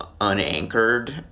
unanchored